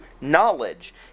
knowledge